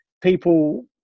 people